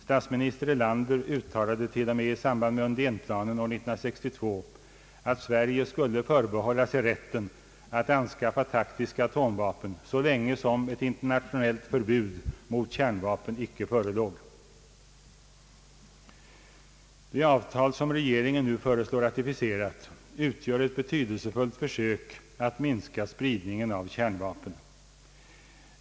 Statsminister Erlander uttalade till och med i samband med Undénplanen år 1962 att Sverige skuile förbehålla sig rätten att anskaffa taktiska atomvapen så länge som ett internationellt förbud mot kärnvapen inte förelåg. Det avtal som regeringen nu föreslår ratificerat utgör ett betydelsefullt försök att minska spridningen av kärnvapen.